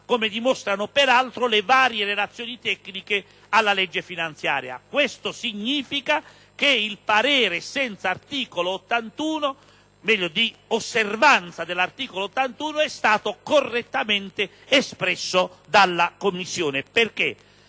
come dimostrano peraltro le varie relazioni tecniche alla legge finanziaria. Questo significa che il parere di osservanza dell'articolo 81 è stato correttamente espresso dalla Commissione, perché